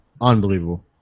Unbelievable